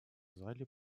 зале